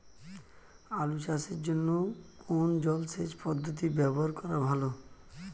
আলু চাষের জন্য কোন জলসেচ পদ্ধতি ব্যবহার করা ভালো?